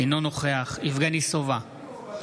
אינו נוכח יבגני סובה,